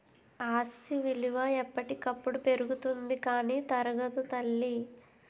ఆస్తి విలువ ఎప్పటికప్పుడు పెరుగుతుంది కానీ తరగదు తల్లీ